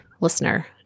listener